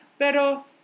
Pero